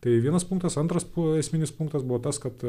tai vienas punktas antras esminis punktas buvo tas kad